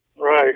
Right